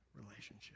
relationship